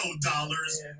dollars